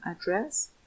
address